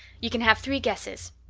you can have three guesses.